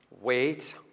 Wait